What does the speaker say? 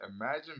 Imagine